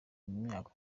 myaka